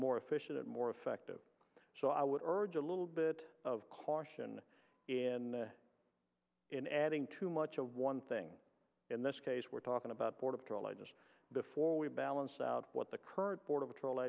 more efficient and more effective so i would urge a little bit of caution in in adding too much of one thing in this case we're talking about border patrol i just before we balance out what the current border patrol